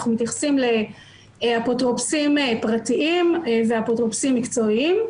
אפוטרופוסים פרטיים ואפוטרופוסים מקצועיים,